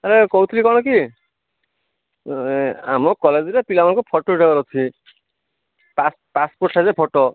ଆରେ କହୁଥିଲି କ'ଣ କି ଏ ଆମ କଲେଜରେ ପିଲାମାନଙ୍କ ଫଟୋ ଉଠେଇବାର ଅଛି ପାସ ପାସପୋର୍ଟ ସାଇଜର ଫଟୋ